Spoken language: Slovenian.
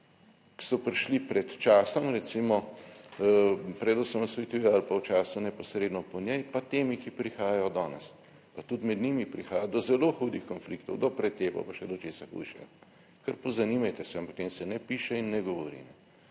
ki so prišli pred časom, recimo pred osamosvojitvijo ali pa v času neposredno po njej, pa temi, ki prihajajo danes, pa tudi med njimi prihaja do zelo hudih konfliktov, do pretepov, pa še do česa hujšega. Kar pozanimajte se, ampak o tem se ne piše in ne govori.